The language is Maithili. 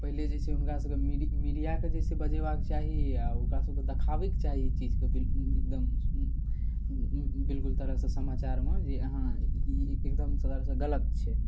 पहिले जे छै से हुनकासभके मीडि मिडिआके जे छै से बजेबाके चाही आओर ओकरासभके देखाबैके चाही ई चीजके बिल एकदम बिलकुल तरहसँ समाचारमे जे अहाँ ई एकदम तरहसँ गलत छै